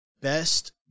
best